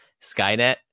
Skynet